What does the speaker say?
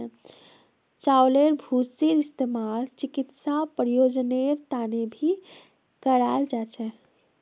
चउलेर भूसीर इस्तेमाल चिकित्सा प्रयोजनेर तने भी कराल जा छे